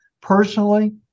personally